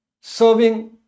serving